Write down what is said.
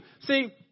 See